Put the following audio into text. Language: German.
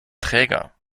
träger